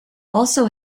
also